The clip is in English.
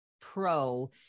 pro